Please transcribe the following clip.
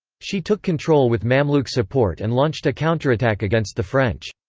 she took control with mamluk support and launched a counterattack against the french.